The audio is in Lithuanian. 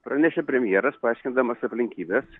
pranešė premjeras paaiškindamas aplinkybes